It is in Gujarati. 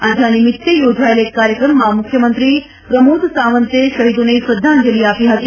આજે આ નિમિત્તે યોજાયેલા એક કાર્યક્રમમાં મુખ્યમંત્રી પ્રમોદ સાવંતે શહીદોને શ્રદ્ધાંજલિ આપી હતી